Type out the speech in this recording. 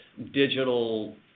digital